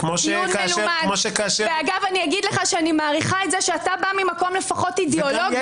מלומד ואני מעריכה שאתה לפחות בא ממקום אידיאולוגי.